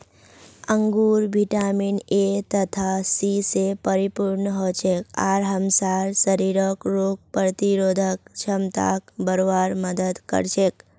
अंगूर vitamin A तथा C स परिपूर्ण हछेक आर हमसार शरीरक रोग प्रतिरोधक क्षमताक बढ़वार मदद कर छेक